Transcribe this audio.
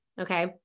okay